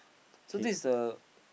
so this is the